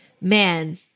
man